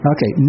Okay